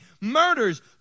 murders